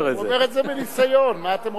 הוא אומר את זה מניסיון, נו, מה אתם רוצים?